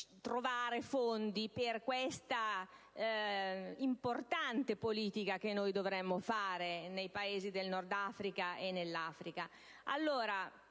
trovare fondi per questa importante politica che noi dovremmo fare nei Paesi dell'Africa, e in